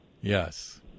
Yes